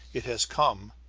it has come,